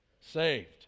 Saved